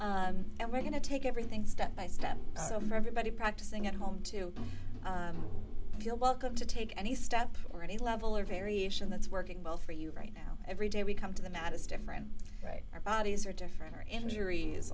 eating and we're going to take everything step by step so for everybody practicing at home to feel welcome to take any step or any level or variation that's working well for you right now every day we come to the mat is different right our bodies are different or injuries